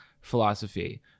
philosophy